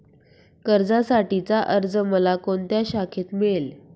कर्जासाठीचा अर्ज मला कोणत्या शाखेत मिळेल?